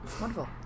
Wonderful